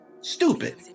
stupid